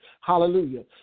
Hallelujah